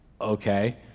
okay